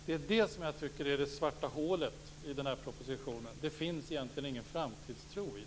Det är det som jag tycker är det svarta hålet i propositionen. Det finns egentligen ingen framtidstro i den.